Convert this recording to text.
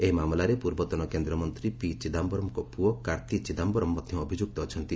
ଏହି ମାମଲାରେ ପୂର୍ବତନ କେନ୍ଦ୍ରମନ୍ତ୍ରୀ ପିଚିଦାୟରମ୍ଙ୍କ ପୁଅ କାର୍ତ୍ତି ଚିଦାୟରମ୍ ମଧ୍ୟ ଅଭିଯୁକ୍ତ ଅଛନ୍ତି